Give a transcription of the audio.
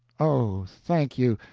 oh, thank you!